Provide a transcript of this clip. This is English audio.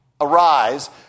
Arise